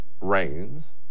rains